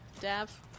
Dav